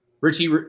Richie